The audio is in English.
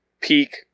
peak